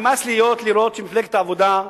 נמאס לראות שמפלגת העבודה,